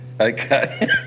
Okay